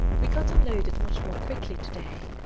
we got unloaded much more quickly to-day,